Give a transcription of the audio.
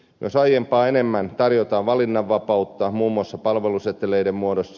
myös aiempaa enemmän valinnanvapautta tarjotaan muun muassa palveluseteleiden muodossa